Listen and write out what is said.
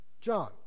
John